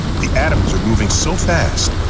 the atoms are moving so fast,